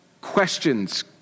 questions